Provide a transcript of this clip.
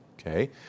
Okay